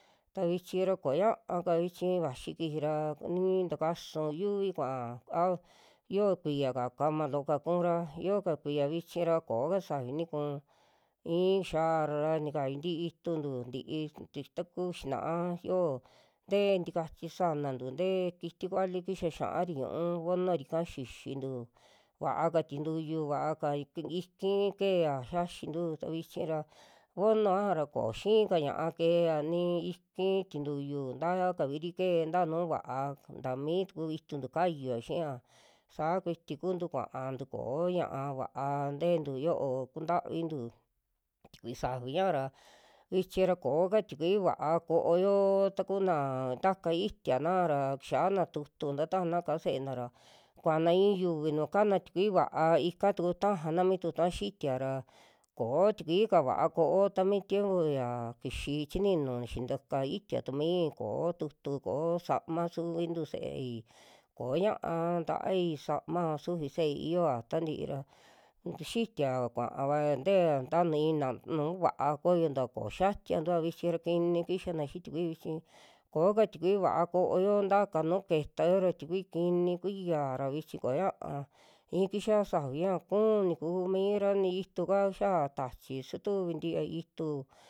Ta vichi ra koñaaka vichi vaxi kiji ra i'in takasu yuvi kuaa a yoo kuiya'ka kama loo ka kuura, yoo ka kuiya vichi ra kooka safi nikuu i'i xiara ra tikayu ntii ituntu ti'í t- takuu xina'a xio, ntee tikachi sanantu, tee kiti vali kixa xia'ari ñu'u vonuri'ka xixintu vaaka tintuyu vaa ka tu iki keea xiaxintu, ta vichi ra vonu ñaja ra koo xiika ña'a keea ni iiki, tintuyu taa kaviri kee tanu va'a tami tuku ituntu kayuva xiiya saa kuiti kuntu kuantu koo ña'a va'a tentu yoo kuntavintu, tikui safi ñaja ra vichi ra ko'oka tikui vaa kooyo, takuna ntaka itiana ra kixiana tutu nta tajana ka'a se'ena ra, kuana i'i yuvi nuu kana tikui va'a ika tuku tajana mi tutu ñaja xitia ra koo tikui'ka va'a ko'o, tami tiempo ya kixi chininu xintaka itia tu mii, koó tutu koó sama suvintu se'ei koñaa ntaai sama'va sufi se'ei yioa tantii ra xitia kuavaya, ntea nta i'ina nuu va'a koyontua ko xiantua vichi ra kini kixiana xii tikui vichi, kooka tikui va'a kooyo nta nuu ketao ra tikui kini kuyaara vichi kuña'a, i'in kixia safi ñaja kun tikuu mira ni itu'ka xia tachi sutuvi ntia itu.